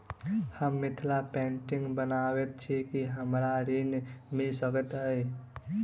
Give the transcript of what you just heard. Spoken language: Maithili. हम मिथिला पेंटिग बनाबैत छी की हमरा ऋण मिल सकैत अई?